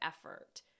effort